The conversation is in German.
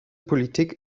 politik